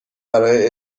برای